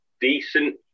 decent